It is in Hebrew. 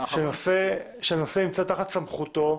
שינסה למצוא תחת סמכותו,